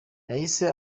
yahise